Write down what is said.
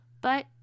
But